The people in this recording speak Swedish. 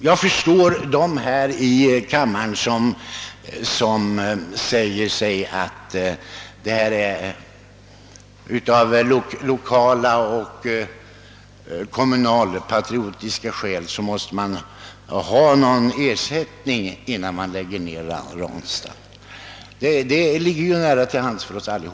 Jag förstår dem här i kammaren som säger att man av kommunala och lokalpatriotiska skäl måste ha någon ersättning innan man lägger ned Ranstad; dylikt ligger ju nära till hands för oss alla.